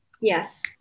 yes